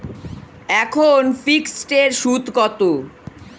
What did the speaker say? এখন ফিকসড এর সুদ কত?